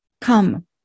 Come